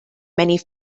many